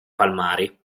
palmari